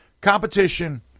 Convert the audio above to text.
competition